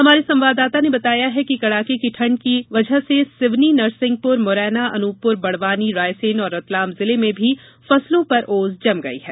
हमारे संवाददाताओं ने बताया है कि कड़ाके की ठंड से सिवनी नरसिंहपुर मुरैना अनुपपुर बड़वानी रायसेन और रतलाम जिले में भी फसलों पर ओस जम गई है